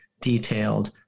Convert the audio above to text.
detailed